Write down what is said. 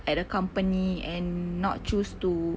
at the company and not choose to